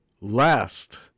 last